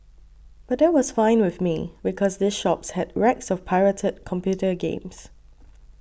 but that was fine with me because these shops had racks of pirated computer games